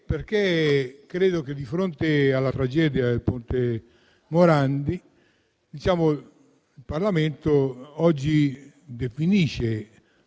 perché di fronte alla tragedia del ponte Morandi il Parlamento oggi definisce lo